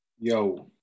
Yo